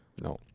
No